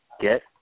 get